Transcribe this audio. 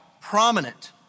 prominent